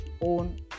own